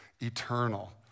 eternal